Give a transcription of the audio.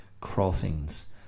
crossings